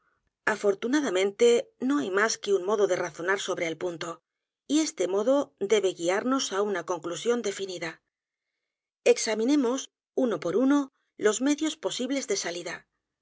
afortunadamente no hay más que un modo de razonar sobre el punto y este modo debe guiarnos á una conclusión definida examinemos uno por uno los m edios posibles de salida